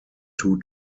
two